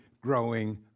growing